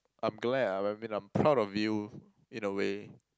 I'm glad I mean I'm proud of you in a way